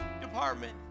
department